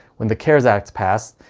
when the cares act passed,